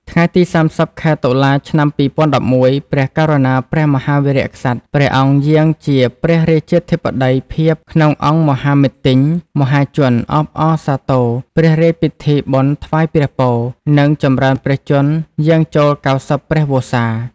ថ្ងៃទី៣០ ខែតុលា ឆ្នាំ២០១១ ព្រះករុណាព្រះមហាវីរក្សត្រ ព្រះអង្គយាងជាព្រះរាជាធិបតីភាពក្នុងអង្គមហាមិទ្ទិញមហាជនអបអរសាទរព្រះរាជពិធីបុណ្យថ្វាយព្រះពរ និងចម្រើនព្រះជន្មយាងចូល ៩០ ព្រះវស្សា។